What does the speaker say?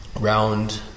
round